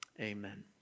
Amen